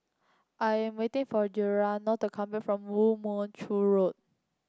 I am waiting for Gennaro not come back from Woo Mon Chew Road